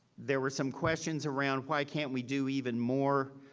there were some questions around why can't we do even more,